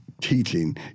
teaching